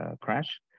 crash